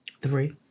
three